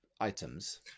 items